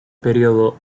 periodo